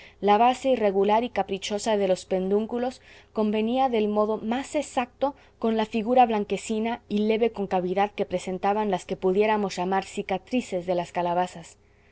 la base irregular y caprichosa de los pedúnculos convenía del modo más exacto con la figura blanquecina y leve concavidad que presentaban las que pudiéramos llamar cicatrices de las calabazas